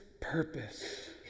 purpose